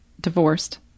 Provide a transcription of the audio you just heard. divorced